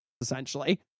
essentially